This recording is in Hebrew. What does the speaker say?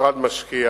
המשרד משקיע